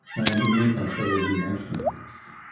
and in their case, they were renationalised.